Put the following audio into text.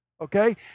okay